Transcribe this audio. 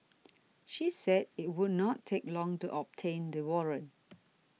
she said it would not take long to obtain the warrant